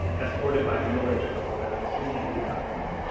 escorted by a middle-aged couple that i assume to be the cousins.